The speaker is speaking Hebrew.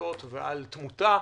הסתברויות ועל תמותה.